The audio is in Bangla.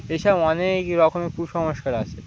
এসব অনেক রকমের কুসংস্কার আসে